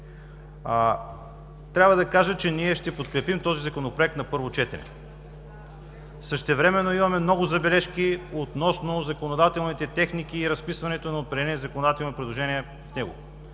Трябва да кажа, че ние ще подкрепим този Законопроект на първо четене. Същевременно имаме много забележки относно законодателните техники и разписването на определени законодателни предложения в него.